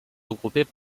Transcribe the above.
regroupés